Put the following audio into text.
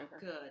good